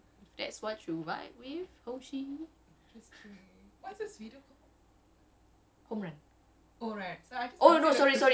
ya macam cool but okay like if that's what you vibe with